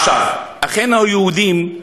אחינו היהודים,